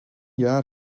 jaar